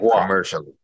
Commercially